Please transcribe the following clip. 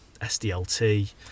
SDLT